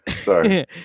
Sorry